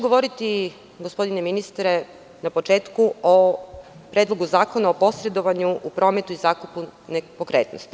Govoriću, gospodine ministre, na početku o Predlogu zakona o posredovanju u prometu i zakupu nepokretnosti.